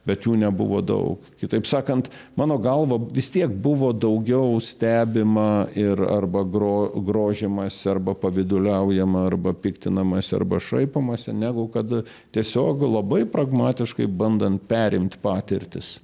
bet jų nebuvo daug kitaip sakant mano galva vis tiek buvo daugiau stebima ir arba gro grožimasi arba pavyduliaujama arba piktinamasi arba šaipomasi negu kad tiesiog labai pragmatiškai bandant perimt patirtis